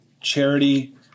charity